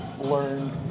learn